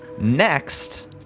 Next